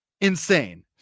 insane